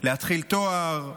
להתחיל תואר,